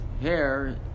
hair